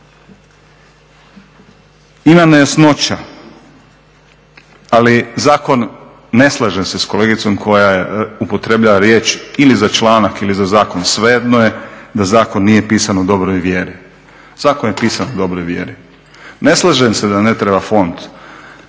Ima nejasnoća ali zakon, ne slažem se s kolegicom koja upotrebljava riječ ili za članak ili za zakon svejedno je, da zakon nije pisan u dobroj vjeri. Zakon je pisan u dobroj vjeri. Ne slažem se da ne treba fond.